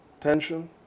tension